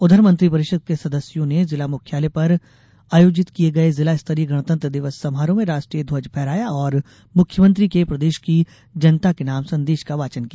उधर मंत्रिपरिषद के सदस्यों ने जिला मुख्यालयों पर आयोजित किये गये जिला स्तरीय गणतंत्र दिवस समारोह में राष्ट्रीय ध्वज फहराया और मुख्यमंत्री के प्रदेश की जनता के नाम संदेश का वाचन किया